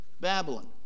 Babylon